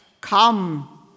Come